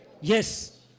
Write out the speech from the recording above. Yes